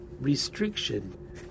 restriction